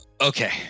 Okay